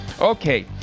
Okay